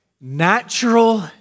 Natural